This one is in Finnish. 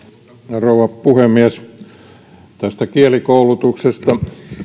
rouva puhemies tästä kielikoulutuksesta